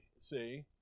See